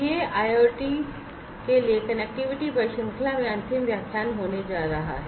यह IIoT के लिए कनेक्टिविटी पर श्रृंखला में अंतिम व्याख्यान होने जा रहा है